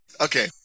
okay